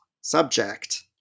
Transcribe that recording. subject